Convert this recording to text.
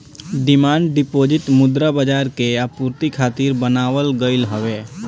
demand deposit मुद्रा बाजार के आपूर्ति खातिर बनावल गईल हवे